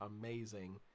amazing